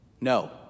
No